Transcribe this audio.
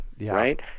right